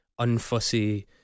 unfussy